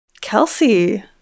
Kelsey